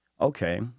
Okay